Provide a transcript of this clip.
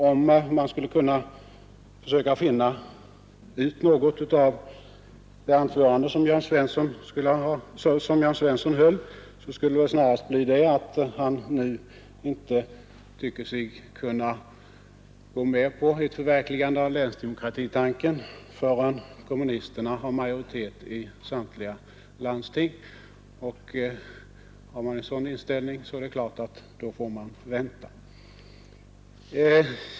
Om jag försöker finna ut något av det anförande som herr Svensson i Malmö höll, skulle det snarast bli att man nu inte tycker sig kunna gå med på ett förverkligande av länsdemokratitanken förrän kommunisterna har majoritet i samtliga landsting. Och har man en sådan inställning, så är det klart att man får vänta.